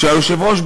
שהיושב-ראש,